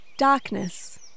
Darkness